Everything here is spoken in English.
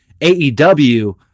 AEW